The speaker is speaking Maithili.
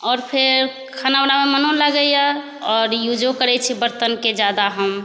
और फेर खाना बनाबऽमे मनो लागैया और युजो करै छी बर्तनके ज्यादा हम